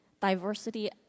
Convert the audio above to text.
diversity